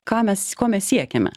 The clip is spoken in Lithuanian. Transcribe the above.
ką mes ko mes siekiame